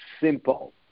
simple